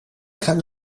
как